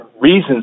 reasons